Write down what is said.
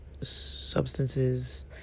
substances